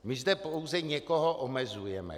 My zde pouze někoho omezujeme.